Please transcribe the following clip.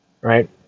Right